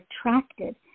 attracted